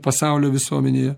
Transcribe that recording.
pasaulio visuomenėje